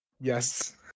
Yes